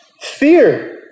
Fear